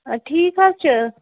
اَدٕ ٹھیٖک حظ چھُ